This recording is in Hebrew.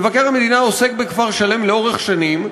מבקר המדינה עוסק בכפר-שלם לאורך שנים,